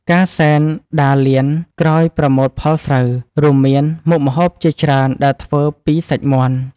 ការសែនដារលានក្រោយប្រមូលផលស្រូវ រួមមានមុខម្ហូបជាច្រើនដែលធ្វើពីសាច់មាន់។